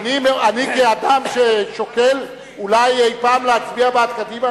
כאדם ששוקל אולי אי-פעם להצביע בעד קדימה,